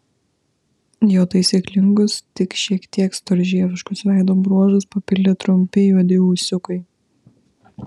jo taisyklingus tik šiek tiek storžieviškus veido bruožus papildė trumpi juodi ūsiukai